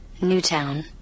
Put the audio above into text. Newtown